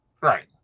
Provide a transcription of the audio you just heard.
Right